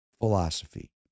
philosophy